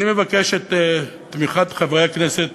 אני מבקש את תמיכת חברי הכנסת